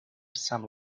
some